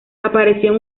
apareció